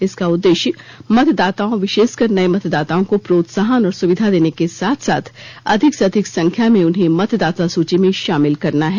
इसका उद्देश्य मतदाताओं विशेषकर नये मतदाताओं को प्रोत्साहन और सुविधा देने के साथ साथ अधिक से अधिक संख्या में उन्हें मतदाता सूची में शामिल करना है